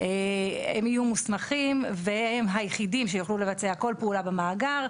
הם יהיו מוסמכים והם היחידים שיוכלו לבצע כל פעולה במאגר,